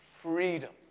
Freedom